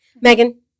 Megan